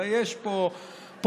אלא יש פה פואנטה.